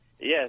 Yes